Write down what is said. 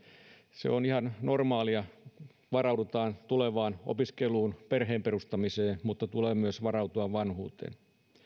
se on ihan normaalia varaudutaan tulevaan opiskeluun perheen perustamiseen mutta tulee myös varautua vanhuuteen